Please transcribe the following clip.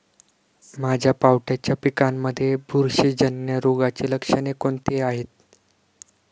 माझ्या पावट्याच्या पिकांमध्ये बुरशीजन्य रोगाची लक्षणे कोणती आहेत?